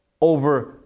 over